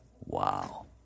Wow